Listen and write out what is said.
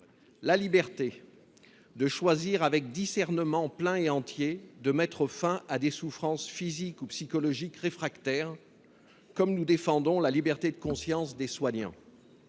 la liberté de choisir avec discernement plein et entier de mettre fin à des souffrances physiques ou psychologiques réfractaires, de même que la liberté de conscience des soignants.